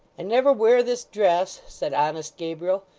i never wear this dress said honest gabriel,